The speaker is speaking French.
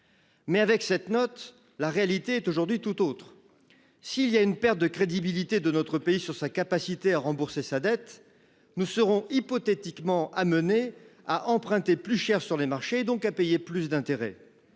Mais avec cette note. La réalité est aujourd'hui tout autre. S'il y a une perte de crédibilité de notre pays sur sa capacité à rembourser sa dette. Nous serons hypothétiquement amenés à emprunter plus cher sur les marchés donc à payer plus d'intérêt.